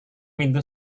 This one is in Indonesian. pintu